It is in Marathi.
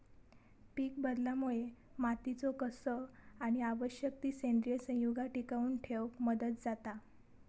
पीकबदलामुळे मातीचो कस आणि आवश्यक ती सेंद्रिय संयुगा टिकवन ठेवक मदत जाता